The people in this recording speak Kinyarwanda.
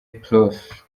prof